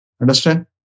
Understand